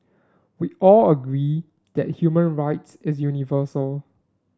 we all agree that human rights is universal